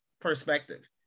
perspective